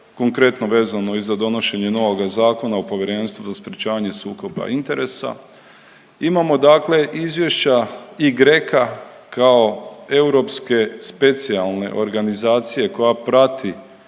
konkretno vezano i za donošenje novoga Zakona o povjerenstvu za sprječavanje sukoba interesa. Imamo dakle izvješća i GRECO-a kao europske specijalne organizacije koja prati